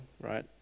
right